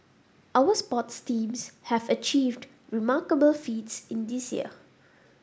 our sports teams have achieved remarkable feats in this year